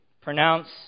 pronounce